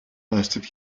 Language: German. leistet